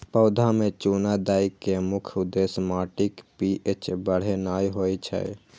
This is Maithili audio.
पौधा मे चूना दै के मुख्य उद्देश्य माटिक पी.एच बढ़ेनाय होइ छै